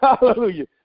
hallelujah